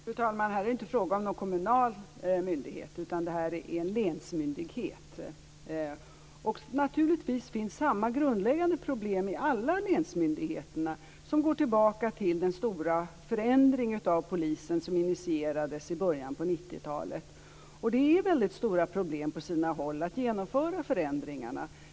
Fru talman! Här är det inte fråga om någon kommunal myndighet, utan det här är en länsmyndighet. Naturligtvis finns samma grundläggande problem i alla länsmyndigheter, och de går tillbaka till den stora förändring av polisen som initierades i början av 90-talet. Det är väldigt stora problem på sina håll att genomföra förändringarna.